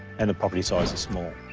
and the property size is small.